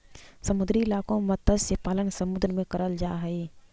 समुद्री इलाकों में मत्स्य पालन समुद्र में करल जा हई